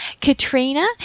Katrina